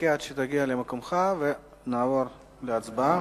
נחכה עד שתגיע למקומך, ונעבור להצבעה.